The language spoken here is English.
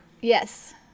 yes